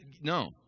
no